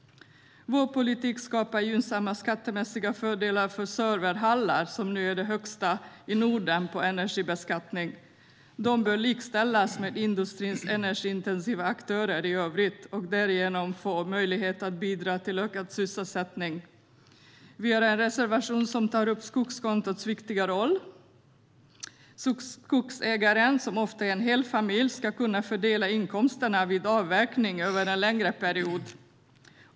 Vår politik skapar gynnsamma skattemässiga fördelar för serverhallar, som nu ligger högst i Norden när det gäller energibeskattning. De bör likställas med industrins energiintensiva aktörer i övrigt och därigenom få möjlighet att bidra till ökad sysselsättning. Vi har en reservation som tar upp skogskontots viktiga roll. Skogsägaren, som ofta är en hel familj, ska kunna fördela inkomsterna vid avverkning över en längre period.